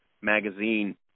magazine